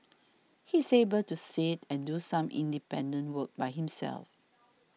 he's able to sit and do some independent work by himself